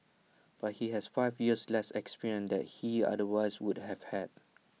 but he has five years less experience that he otherwise would have had